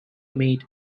maid